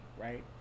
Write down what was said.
right